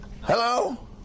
Hello